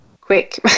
quick